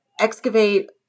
excavate